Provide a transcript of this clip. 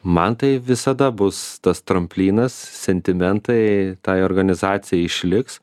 man tai visada bus tas tramplynas sentimentai tai organizacijai išliks